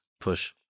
push